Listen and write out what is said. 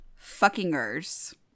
fuckingers